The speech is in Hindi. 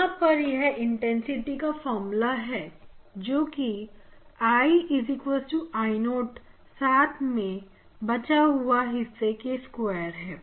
यहां पर यह इंटेंसिटी का फार्मूला है जोकि I I0 साथ में बचा हुआ हिस्सा के बराबर है